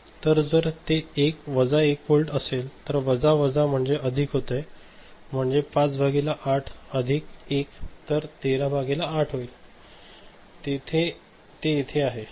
तर जर ते वजा 1 व्होल्ट असेल तर वजा वजा म्हणजे अधिक होते म्हणजे 5 भागिले 8 अधिक 1 तर ते 13 भागिले 8 होईल ते येथे आहे